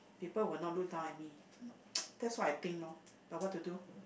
people will not look down at me that's what I think lor but what to do